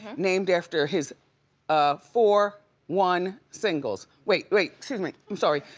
named after his um four one singles. wait, wait, excuse me, i'm sorry.